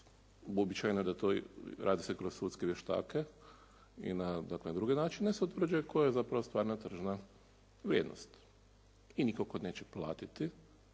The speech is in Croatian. uobičajeno je da to radi se kroz sudske vještake i na druge načine se utvrđuje koja je zapravo stvarna tržna vrijednost. I netko tko neće platiti